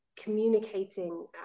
communicating